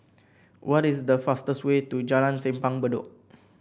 what is the fastest way to Jalan Simpang Bedok